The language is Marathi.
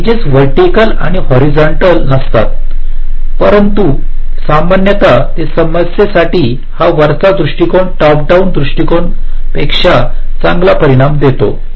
एजेस व्हर्टिकल आणि हॉरिझंटल नसतात परंतु सामान्यत या समस्येसाठी हा वरचा दृष्टीकोन टॉप डाऊन दृष्टिकोणांपेक्षा चांगला परिणाम देतो